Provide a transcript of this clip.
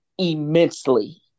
immensely